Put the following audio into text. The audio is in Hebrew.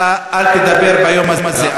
אתה, אל תדבר ביום הזה.